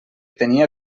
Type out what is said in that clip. tenia